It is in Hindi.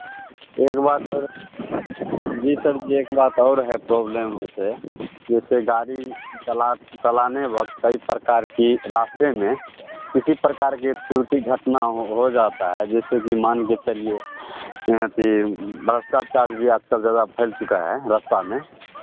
एक बात और जी सर जी एक बात और है प्रॉब्लेम ऐसे जैसे गाड़ी चला चलाने वक्त कई प्रकार की रास्ते में किसी प्रकार की त्रुटि घटना हो जाता है जैसे कि मान के चलिए कि भ्रष्टाचार भी आजकल फैल चुका रास्ता में